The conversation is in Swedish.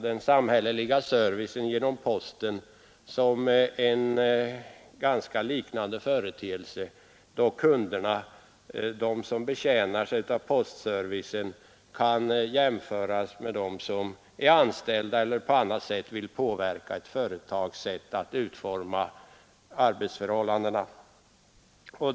Den samhälleliga postservicen kan väl betraktas som ett likartat område. Kunderna, de som betjänas genom postservicen, kan jämföras med de anställda eller dem som på annat sätt vill påverka ett företags sätt att utforma arbetsförhållandena.